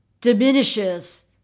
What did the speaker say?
diminishes